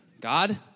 God